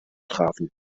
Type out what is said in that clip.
trafen